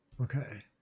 Okay